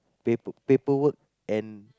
paper paperwork and